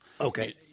Okay